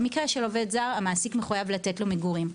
במקרה של עובד זר, המעסיק מחויב לתת לו מגורים.